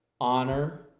honor